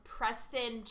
Preston